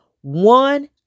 One